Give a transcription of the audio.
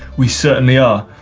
we certainly are.